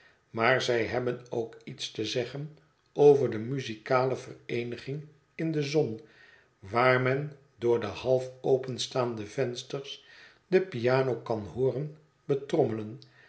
maar zij hebben ook iets te zeggen over de muzikale vereeniging in de zon waar men door de half openstaande vensters de piano kan hooren betrommelen